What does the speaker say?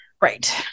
Right